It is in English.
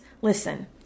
Listen